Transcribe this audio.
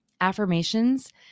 affirmations